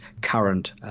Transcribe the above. current